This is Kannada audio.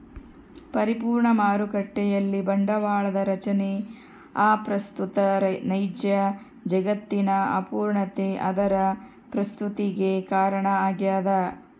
ಪರಿಪೂರ್ಣ ಮಾರುಕಟ್ಟೆಯಲ್ಲಿ ಬಂಡವಾಳದ ರಚನೆ ಅಪ್ರಸ್ತುತ ನೈಜ ಜಗತ್ತಿನ ಅಪೂರ್ಣತೆ ಅದರ ಪ್ರಸ್ತುತತಿಗೆ ಕಾರಣ ಆಗ್ಯದ